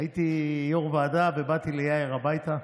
הייתי יו"ר ועדה ובאתי ליאיר הביתה.